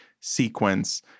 sequence